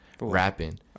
rapping